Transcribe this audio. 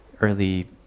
early